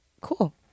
Cool